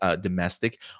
domestic